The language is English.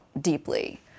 deeply